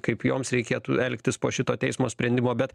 kaip joms reikėtų elgtis po šito teismo sprendimo bet